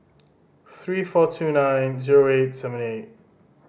three four two nine zero eight seven eight